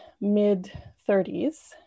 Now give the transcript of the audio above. mid-30s